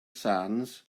sands